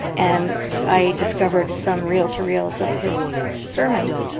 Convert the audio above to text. and i discovered some reel-to-reels of his sermons,